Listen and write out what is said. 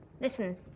Listen